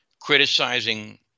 criticizing